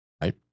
Right